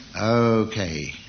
Okay